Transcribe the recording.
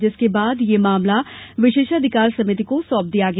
जिसके बाद यह मामला विशेषाधिकार समिति को सौंप दिया गया